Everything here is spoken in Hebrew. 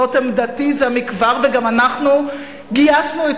זאת עמדתי זה מכבר וגם אנחנו גייסנו את